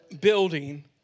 Building